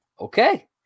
okay